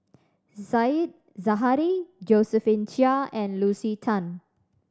Said Zahari Josephine Chia and Lucy Tan